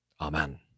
Amen